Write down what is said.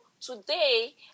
today